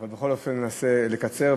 אבל בכל אופן ננסה לקצר.